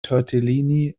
tortellini